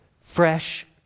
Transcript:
fresh